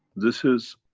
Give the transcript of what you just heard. this is,